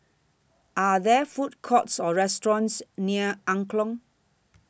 Are There Food Courts Or restaurants near Jalan Angklong